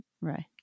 Right